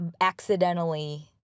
accidentally